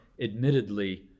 admittedly